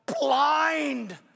blind